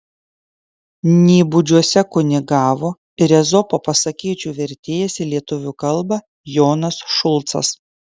nybudžiuose kunigavo ir ezopo pasakėčių vertėjas į lietuvių kalbą jonas šulcas